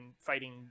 fighting